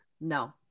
No